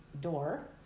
door